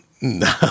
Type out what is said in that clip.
No